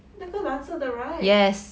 那个蓝色的 right